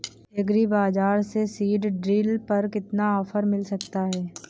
Agree बाजार से seed drill पर कितना ऑफर मिल सकता है?